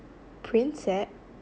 prinsep